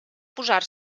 posar